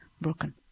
broken